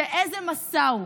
שאיזה מסע הוא?